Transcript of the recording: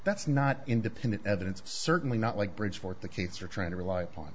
that's not independent evidence certainly not like bridgeport the case you're trying to rely upon